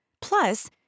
Plus